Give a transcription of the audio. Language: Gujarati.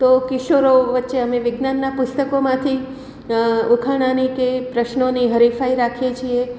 તો કિશોરો વચ્ચે અમે વિજ્ઞાનના પુસ્તકોમાંથી ઉખાણાની કે પ્રશ્નોની હરીફાઈ રાખીએ છીએ